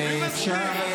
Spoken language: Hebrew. מי מסתיר?